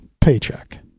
Paycheck